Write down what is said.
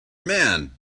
man